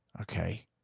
Okay